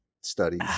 studies